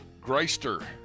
Greister